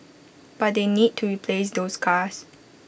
but they need to replace those cars